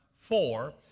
four